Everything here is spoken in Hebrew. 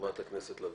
חברת הכנסת לביא.